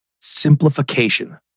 simplification